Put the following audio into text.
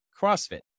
CrossFit